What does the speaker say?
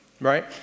right